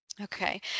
Okay